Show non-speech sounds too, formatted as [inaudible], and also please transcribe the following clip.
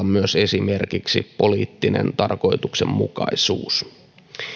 [unintelligible] myös esimerkiksi poliittinen tarkoituksenmukaisuus